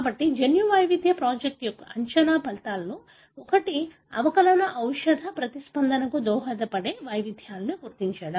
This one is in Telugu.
కాబట్టి జన్యు వైవిధ్య ప్రాజెక్ట్ యొక్క అంచనా ఫలితాలలో ఒకటి అవకలన ఔషధ ప్రతిస్పందనకు దోహదపడే వైవిధ్యాలను గుర్తించడం